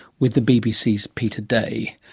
with the bbc's peter day.